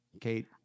Kate